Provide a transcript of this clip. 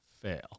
fail